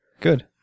Good